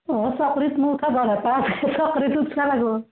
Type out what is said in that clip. অঁ চাকৰিত মোৰ